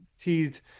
teased